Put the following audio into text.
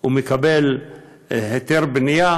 והוא מקבל היתר בנייה,